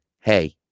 Hey